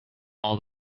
all